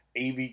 av